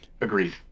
agreed